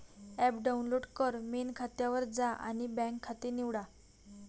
app download कर, main खात्यावर जा आणि बँक खाते निवडा